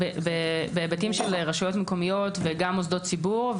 בהיבטים של רשויות מקומיות וגם מוסדות ציבור,